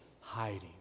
hiding